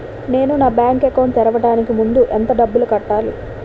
నేను నా bank account తెరవడానికి ముందు ఎంత డబ్బులు కట్టాలి?